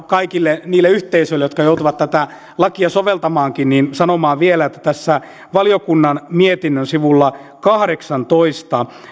kaikille niille yhteisöille jotka joutuvat tätä lakia soveltamaankin sanoa vielä että tässä valiokunnan mietinnön sivulla kahdeksantoista